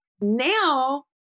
Now